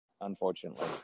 unfortunately